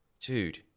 Dude